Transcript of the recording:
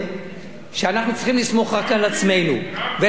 לסמוך רק על עצמנו ולסמוך על אבינו שבשמים,